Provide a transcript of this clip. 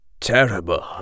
Terrible